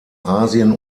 asien